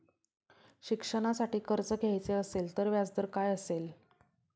शिक्षणासाठी कर्ज घ्यायचे असेल तर व्याजदर काय असेल?